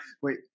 wait